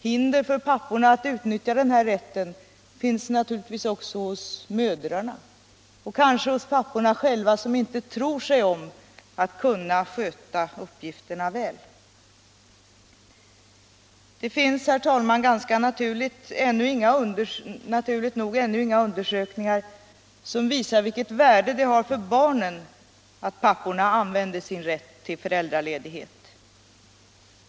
Hinder för papporna att utnyttja den här rätten finns naturligtvis också hos mödrarna och kanske hos papporna själva som inte tror sig om att kunna sköta uppgifterna väl. Det finns, herr talman, naturligt nog ännu inga undersökningar som visar vilket värde det har för barnen att papporna använder sin rätt till föräldraledighet.